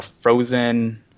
Frozen